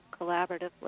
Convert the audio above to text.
collaboratively